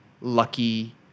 lucky